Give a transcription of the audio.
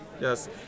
Yes